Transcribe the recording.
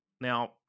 Now